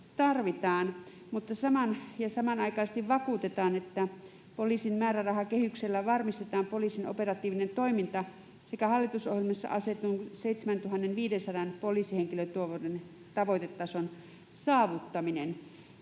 ja samanaikaisesti vakuutetaan, että poliisin määrärahakehyksellä varmistetaan poliisin operatiivinen toiminta sekä hallitusohjelmassa asetetun 7 500 poliisihenkilötyövuoden tavoitetason saavuttaminen.